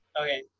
okay